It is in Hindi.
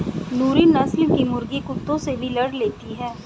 नूरी नस्ल की मुर्गी कुत्तों से भी लड़ लेती है